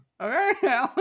Okay